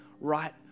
right